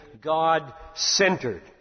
God-centered